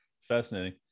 fascinating